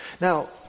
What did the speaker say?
Now